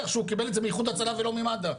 שהוא קיבל את זה מאיחוד הצלה ולא ממד"א,